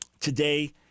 today